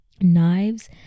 Knives